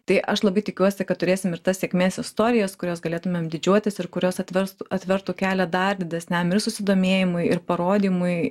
tai aš labai tikiuosi kad turėsim ir tas sėkmės istorijas kurios galėtumėm didžiuotis ir kurios atverstų atvertų kelią dar didesniam ir susidomėjimui ir parodymui